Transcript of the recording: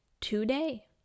today